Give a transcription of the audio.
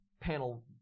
panel